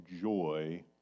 joy